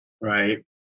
Right